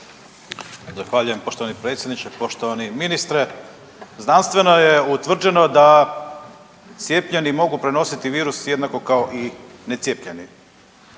Zahvaljujem poštovani predsjedniče. Poštovani ministre znanstveno je utvrđeno da cijepljeni mogu prenositi virus jednako kao i necijepljeni.